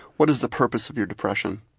what is the purpose of your depression?